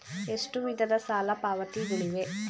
ಎಷ್ಟು ವಿಧದ ಸಾಲ ಪಾವತಿಗಳಿವೆ?